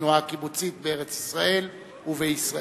התנועה הקיבוצית בארץ-ישראל ובישראל.